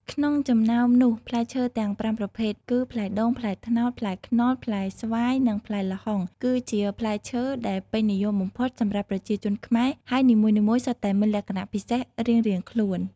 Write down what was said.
ក្នុងចំណោមនោះ ផ្លែឈើទាំងប្រាំប្រភេទគឺ ផ្លែដូង ផ្លែត្នោត ផ្លែខ្នុរ ផ្លែស្វាយ និងផ្លែល្ហុង គឺជាផ្លែឈើដែលពេញនិយមបំផុតសម្រាប់ប្រជាជនខ្មែរ ហើយនីមួយៗសុទ្ធតែមានលក្ខណៈពិសេសរៀងៗខ្លួន។